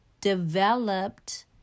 developed